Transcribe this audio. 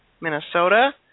Minnesota